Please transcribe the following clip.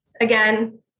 again